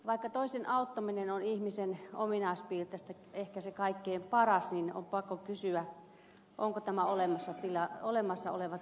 vaikka toisen auttaminen on ihmisen ominaispiirteistä ehkä se kaikkein paras on pakko kysyä onko tämä olemassa oleva tilanne oikein